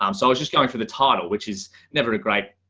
um so i was just going for the title which is never regret.